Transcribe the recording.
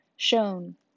Shown